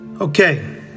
Okay